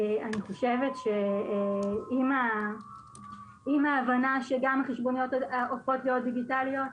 אני חושבת שעם ההבנה שגם החשבוניות הופכות להיות דיגיטליות,